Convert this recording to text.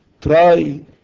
try